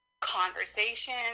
conversation